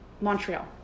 Montreal